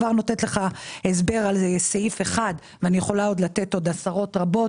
זה כבר נותן לך הסבר על סעיף 1. אני יכולה עוד לתת עוד עשרות רבות,